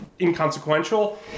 inconsequential